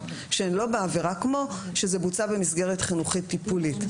שהן לא בעבירה כמו שזה בוצע במסגרת חינוכית טיפולית.